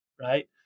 right